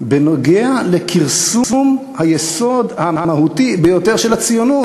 בנוגע לכרסום היסוד המהותי ביותר של הציונות.